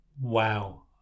Wow